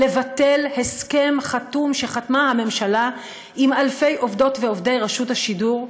לבטל הסכם חתום שחתמה הממשלה עם אלפי עובדות ועובדי רשות השידור,